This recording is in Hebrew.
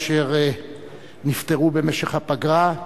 אשר נפטרו במשך הפגרה.